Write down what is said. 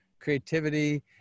creativity